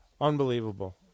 unbelievable